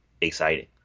exciting